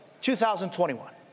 2021